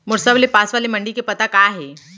मोर सबले पास वाले मण्डी के पता का हे?